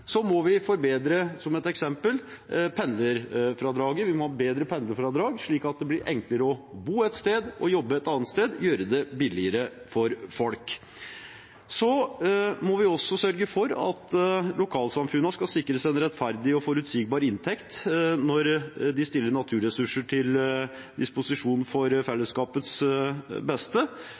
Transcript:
Vi må, som et eksempel, forbedre pendlerfradraget. Vi må ha et bedre pendlerfradrag, slik at det blir enklere å bo ett sted og jobbe et annet sted – gjøre det billigere for folk. Vi må også sørge for at lokalsamfunnene sikres en rettferdig og forutsigbar inntekt når de stiller naturressurser til disposisjon for fellesskapets beste.